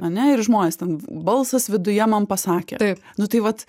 ane ir žmonės ten balsas viduje man pasakė nu tai vat